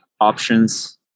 options